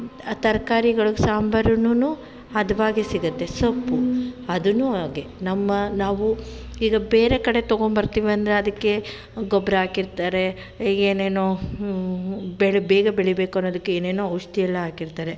ಆ ತರಕಾರಿಗಳಿಗೆ ಸಾಂಬರುನು ಹದವಾಗೆ ಸಿಗುತ್ತೆ ಸೊಪ್ಪು ಅದುನೂ ಹಾಗೇ ನಮ್ಮ ನಾವು ಈಗ ಬೇರೆ ಕಡೆ ತೊಗೊಂಬರ್ತೀವಿ ಅಂದರೆ ಅದಕ್ಕೆ ಗೊಬ್ಬರ ಹಾಕಿರ್ತಾರೆ ಈಗೇನೇನೋ ಬೆಳಿ ಬೇಗ ಬೆಳೀಬೇಕು ಅನ್ನೋದಕ್ಕೆ ಏನೇನೋ ಔಷಧಿ ಎಲ್ಲ ಹಾಕಿರ್ತಾರೆ